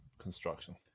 construction